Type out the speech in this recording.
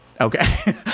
Okay